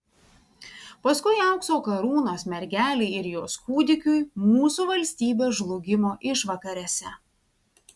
paskui aukso karūnos mergelei ir jos kūdikiui mūsų valstybės žlugimo išvakarėse